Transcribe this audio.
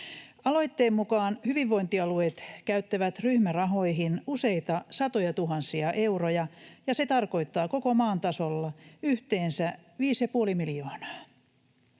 Aloitteen mukaan hyvinvointialueet käyttävät ryhmärahoihin useita satojatuhansia euroja, ja se tarkoittaa koko maan tasolla yhteensä viisi ja